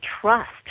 trust